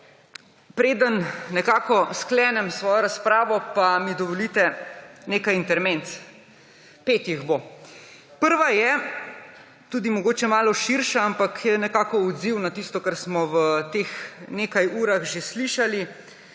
Preden nekako sklenem svojo razpravo, pa mi dovolite nekaj intermezzov. Pet jih bo. Prva je tudi mogoče malo širša, ampak je nekako odziv na tisto, kar smo v teh nekaj urah že slišali.